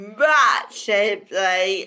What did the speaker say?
massively